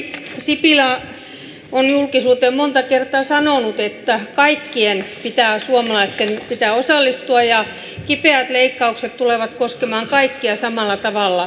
pääministeri sipilä on julkisuuteen monta kertaa sanonut että kaikkien suomalaisten pitää osallistua ja kipeät leikkaukset tulevat koskemaan kaikkia samalla tavalla